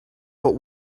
but